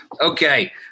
Okay